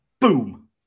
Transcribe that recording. Boom